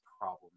problem